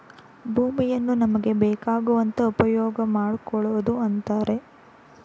ಭೂಮಿಯನ್ನು ನಮಗೆ ಬೇಕಾಗುವಂತೆ ಉಪ್ಯೋಗಮಾಡ್ಕೊಳೋದು ಅಂತರೆ